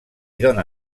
dóna